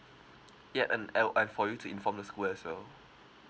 ya and el~ and for you to inform the school as well